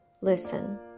Listen